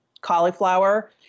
cauliflower